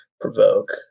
provoke